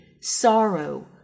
sorrow